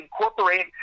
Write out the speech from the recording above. incorporate